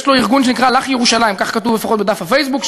יש לו ארגון שנקרא "לך ירושלים" כך כתוב לפחות בדף הפייסבוק,